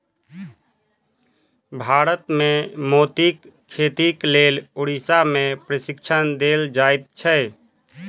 भारत मे मोतीक खेतीक लेल उड़ीसा मे प्रशिक्षण देल जाइत छै